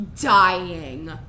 dying